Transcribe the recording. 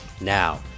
Now